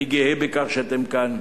אני גאה בכך שאתם כאן.